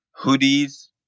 hoodies